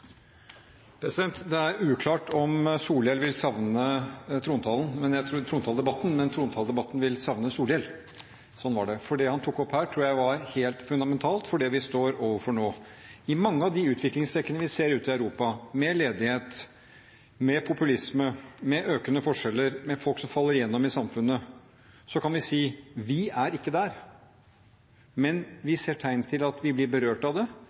uklart om Solhjell vil savne trontaledebatten, men trontaledebatten vil savne Solhjell – sånn var det – for det han tok opp her, tror jeg var helt fundamentalt for det vi står overfor nå. I mange av de utviklingstrekkene vi ser ute i Europa – med ledighet, med populisme, med økende forskjeller, med folk som faller igjennom i samfunnet – kan vi si: Vi er ikke der. Men vi ser tegn til at vi blir berørt av det,